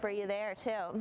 for you there too